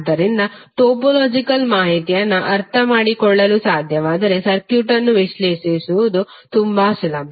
ಆದ್ದರಿಂದ ಟೋಪೋಲಾಜಿಕಲ್ ಮಾಹಿತಿಯನ್ನು ಅರ್ಥಮಾಡಿಕೊಳ್ಳಲು ಸಾಧ್ಯವಾದರೆ ಸರ್ಕ್ಯೂಟ್ ಅನ್ನು ವಿಶ್ಲೇಷಿಸುವುದು ತುಂಬಾ ಸುಲಭ